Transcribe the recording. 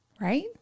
right